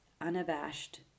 unabashed